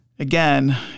Again